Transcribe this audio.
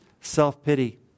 Self-pity